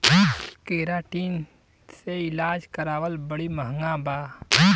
keratin से इलाज करावल बड़ी महँगा बा